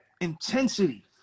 intensity